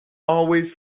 always